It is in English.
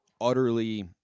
utterly